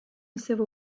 civil